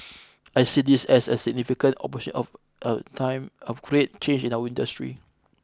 I see this as a significant opportune of a time of great change in our industry